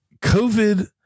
COVID